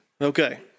Okay